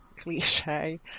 cliche